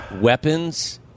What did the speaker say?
weapons